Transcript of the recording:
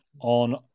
on